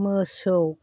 मोसौ